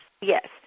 Yes